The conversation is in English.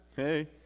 Hey